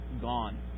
gone